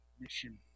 Mission